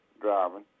driving